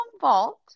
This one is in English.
vault